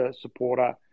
supporter